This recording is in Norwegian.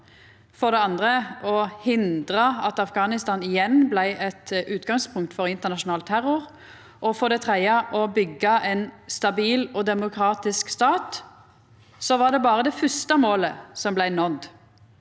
for det andre å hindra at Afghanistan igjen blei eit utgangspunkt for internasjonal terror, og for det tredje å byggja ein stabil og demokratisk stat – var det berre det fyrste målet som blei nådd.